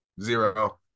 zero